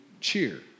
cheer